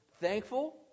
thankful